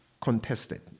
contested